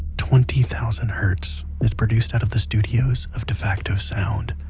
twenty thousand hertz is produced out of the studios of defacto sound,